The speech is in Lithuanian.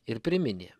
ir priminė